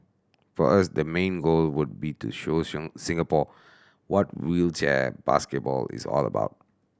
for us the main goal would be to show Singapore what wheelchair basketball is all about